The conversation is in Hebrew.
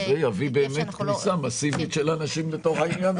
זה יביא כניסה מסיבית של אנשים לתוך העניין הזה.